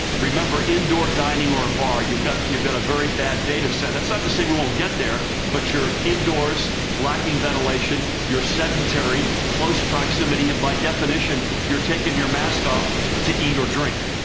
remember, indoor dining or a bar, you've got you've got a very bad data set. that's not to say we won't get there. but you're indoors lacking ventilation. you're sedentary, close proximity and by definition you're taking your mask off to eat or drink.